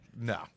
no